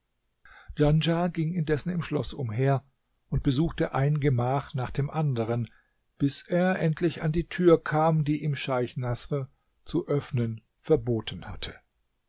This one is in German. djanschah ging indessen im schloß umher und besuchte ein gemach nach dem anderen bis er endlich an die tür kam die ihm scheich naßr zu öffnen verboten hatte